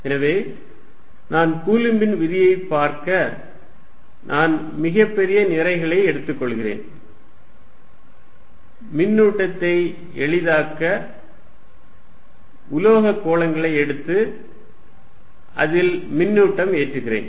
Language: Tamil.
எனவே நான் கூலும்பின் விதியை பார்க்க நான் மிகப் பெரிய நிறைகளை எடுத்துக்கொள்கிறேன் மின்னூட்டத்தை எளிதாக்க உலோகக் கோளங்களை எடுத்து அதில் மின்னூட்டம் ஏற்றுகிறேன்